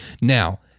now